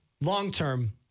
long-term